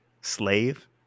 slave